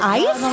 ice